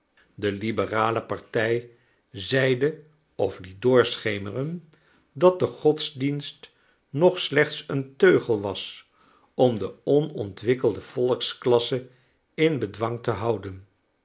de liberale partij zeide of liet doorschemeren dat de godsdienst nog slechts een teugel was om de onontwikkelde volksklasse in bedwang te houden